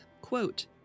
Quote